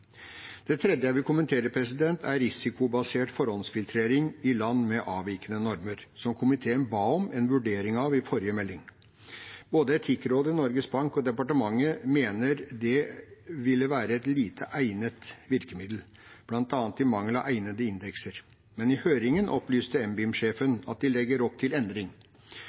Det tredje jeg vil kommentere, er risikobasert forhåndsfiltrering i land med avvikende normer, som komiteen ba om en vurdering av i forrige melding. Både Etikkrådet, Norges Bank og departementet mener det ville være et lite egnet virkemiddel, bl.a. i mangel av egnede indekser, men i høringen opplyste NBIM-sjefen at de legger opp til endring.